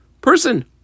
person